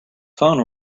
phone